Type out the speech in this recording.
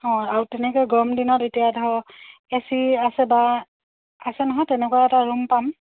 অঁ আৰু তেনেকে গৰম দিনত এতিয়া ধৰক এ চি আছে বা আছে নহয় তেনেকুৱা এটা ৰুম পাম